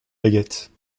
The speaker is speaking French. baguette